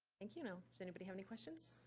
and you know does anybody have any questions?